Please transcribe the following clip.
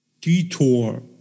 detour